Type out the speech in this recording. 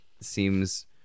Seems